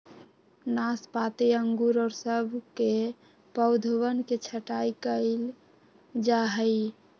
नाशपाती अंगूर और सब के पौधवन के छटाई कइल जाहई